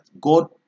God